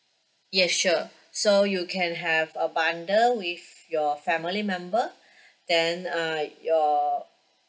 yes sure so you can have a bundle with your family member then uh your